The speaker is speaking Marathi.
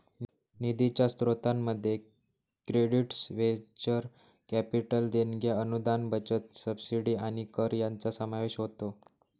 निधीच्या स्त्रोतांमध्ये क्रेडिट्स व्हेंचर कॅपिटल देणग्या अनुदान बचत सबसिडी आणि कर यांचा समावेश होतो